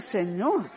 Señor